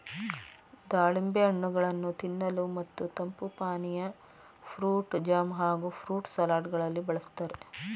ದಾಳಿಂಬೆ ಹಣ್ಣುಗಳನ್ನು ತಿನ್ನಲು ಮತ್ತು ತಂಪು ಪಾನೀಯ, ಫ್ರೂಟ್ ಜಾಮ್ ಹಾಗೂ ಫ್ರೂಟ್ ಸಲಡ್ ಗಳಲ್ಲಿ ಬಳ್ಸತ್ತರೆ